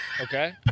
Okay